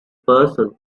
person